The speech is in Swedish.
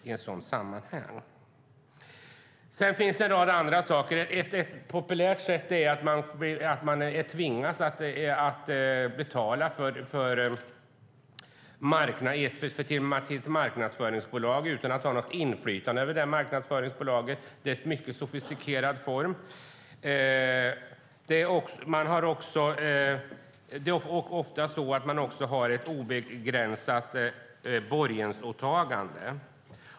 Det finns en rad andra saker att tänka på. En populär sak är att man tvingas betala till ett marknadsföringsbolag utan att ha något inflytande över marknadsföringen. Det är mycket sofistikerat. Man råkar ofta ut för ett obegränsat borgensåtagande.